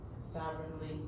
sovereignly